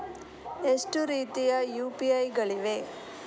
ಎಷ್ಟು ರೀತಿಯ ಯು.ಪಿ.ಐ ಗಳಿವೆ?